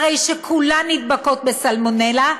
הרי שכולן נדבקות בסלמונלה,